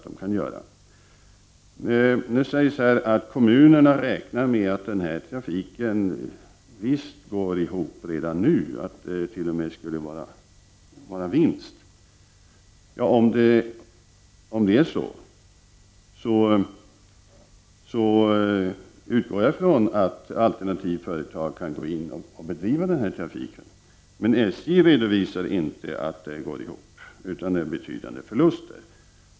Nu sägs det här att kommunerna räknar med att denna trafik går ihop redan nu och att den t.o.m. skulle ge vinst. Ja, om det är så, utgår jag från att alternativföretag kan bedriva denna trafik, men SJ redovisar inte att den går ihop utan att den går med betydande förluster.